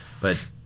But-